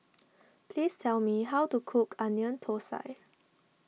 please tell me how to cook Onion Thosai